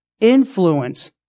influence